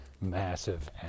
massive